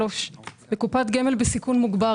בקופת גמל בסיכון מוגבר.